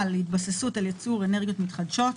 להתבססות על ייצור אנרגיות מתחדשות,